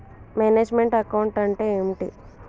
Manage meant account అంటే ఏమిటి?